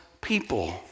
people